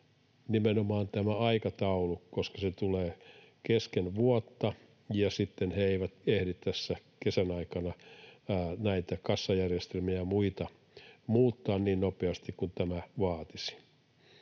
yrittäjiltä, koska se tulee kesken vuotta ja sitten he eivät ehdi tässä kesän aikana kassajärjestelmiä ja muita muuttamaan niin nopeasti kuin tämä vaatisi.